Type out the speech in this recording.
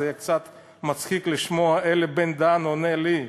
קצת מצחיק לשמוע את אלי בן-דהן עונה לי.